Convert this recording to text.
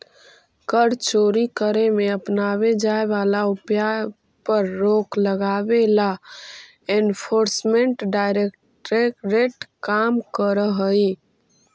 कर चोरी करे में अपनावे जाए वाला उपाय पर रोक लगावे ला एनफोर्समेंट डायरेक्टरेट काम करऽ हई